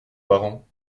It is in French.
parents